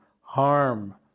harm